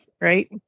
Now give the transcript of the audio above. right